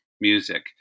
music